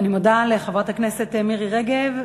תודה לחברת הכנסת מירי רגב.